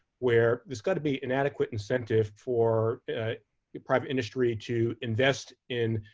where there's got to be an adequate incentive for private industry to invest in,